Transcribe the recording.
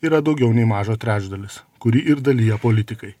yra daugiau nei mažo trečdalis kurį ir dalija politikai